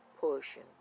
portion